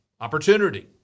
opportunity